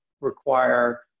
require